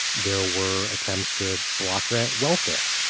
there were attempts to block grant welfare.